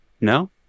no